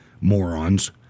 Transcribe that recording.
morons